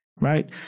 Right